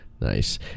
Nice